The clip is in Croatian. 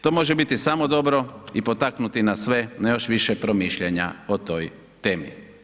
To može biti samo dobro i potaknuti nas sve na još više promišljanja o toj temi.